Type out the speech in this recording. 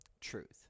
truth